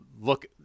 look